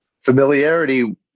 Familiarity